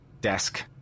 desk